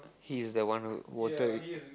he is that one who voted